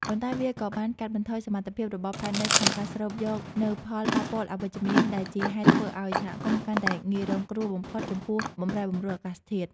ប៉ុន្តែវាក៏បានកាត់បន្ថយសមត្ថភាពរបស់ផែនដីក្នុងការស្រូបយកនូវផលប៉ះពាល់អវិជ្ជមាន ដែលជាហេតុធ្វើឱ្យសហគមន៍កាន់តែងាយរងគ្រោះបំផុតចំពោះបម្រែបម្រួលអាកាសធាតុ។